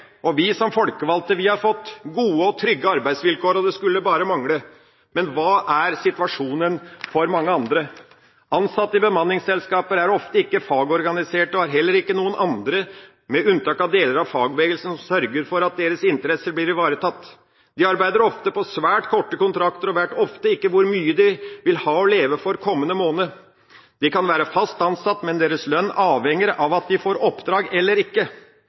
og vi som folkevalgte har fått gode og trygge arbeidsvilkår – det skulle bare mangle – men hva er situasjonen for mange andre? Ansatte i bemanningsselskaper er ofte ikke fagorganisert og har heller ikke noen andre – med unntak av deler av fagbevegelsen – som sørger for at deres interesser blir ivaretatt. De arbeider ofte på svært korte kontrakter og vet ofte ikke hvor mye de vil ha å leve for kommende måned. De kan være fast ansatt, men deres lønn avhenger av om de får oppdrag eller ikke.